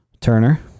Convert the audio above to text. Turner